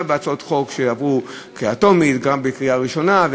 גם בהצעות חוק שעברו קריאה טרומית וגם בקריאה ראשונה,